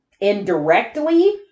indirectly